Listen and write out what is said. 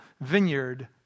vineyard